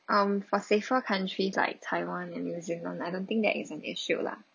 um for safer country like taiwan and new zealand I don't think that is an issue lah